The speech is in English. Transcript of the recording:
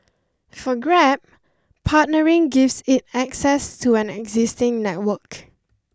for grab partnering gives it access to an existing network